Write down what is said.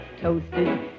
toasted